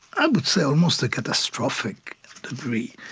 i would say, almost a catastrophic degree,